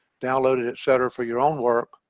download it etc for your own work